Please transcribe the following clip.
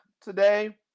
today